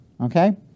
Okay